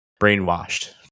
brainwashed